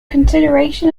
consideration